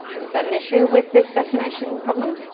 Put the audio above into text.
is that an issue with this vaccination problem?